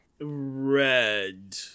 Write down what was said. Red